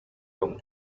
aún